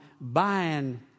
buying